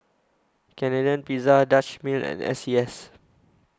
Canadian Pizza Dutch Mill and S C S